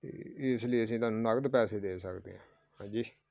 ਅਤੇ ਇਸ ਲਈ ਅਸੀਂ ਤੁਹਾਨੂੰ ਨਗਦ ਪੈਸੇ ਦੇ ਸਕਦੇ ਹਾਂ ਹਾਂਜੀ